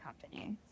company